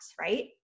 right